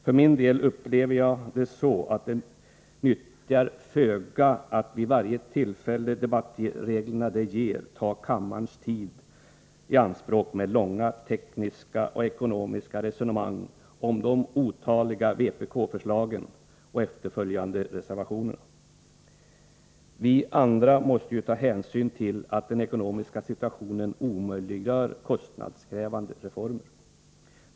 För min del upplever jag det så, att det nyttar föga att vid varje tillfälle debattreglerna det medger ta kammarens tid i anspråk med långa tekniska och ekonomiska resonemang om de otaliga vpk-förslagen och de efterföljande reservationerna. Vi andra måste ta hänsyn till att den ekonomiska situationen omöjliggör kostnadskrävande reformer.